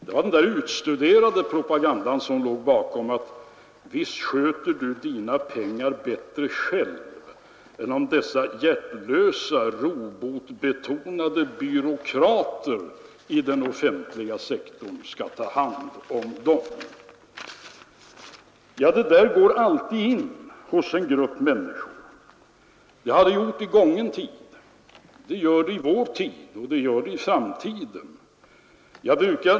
Där fanns den utstuderade propagandan: Visst sköter du dina pengar bättre själv än dessa hjärtlösa, robotbetonade byråkrater i den offentliga sektorn! Ja, det där går alltid in hos en grupp människor. Det har gjort det i gången tid, det gör det i vår tid och det kommer att göra det i framtiden.